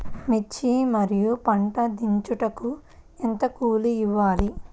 మిర్చి మరియు పత్తి దించుటకు ఎంత కూలి ఇవ్వాలి?